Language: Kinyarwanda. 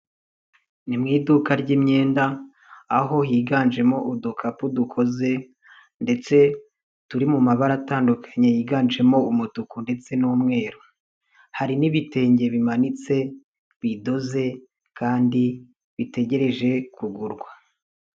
Ni mu iduka ry'imyenda aho higanjemo udukapu dukoze ndetse turi mu mabara atandukanye yiganjemo umutuku ndetse n'umweru, hari n'ibitenge bimanitse bidoze kandi bitegereje kugurwa.